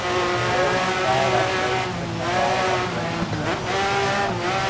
it's a very small upgrade, six hundred dollars upgrade. when you're into this kind of money,